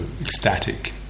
ecstatic